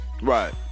Right